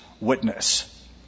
witness